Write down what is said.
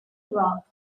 rock